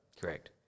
Correct